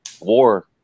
war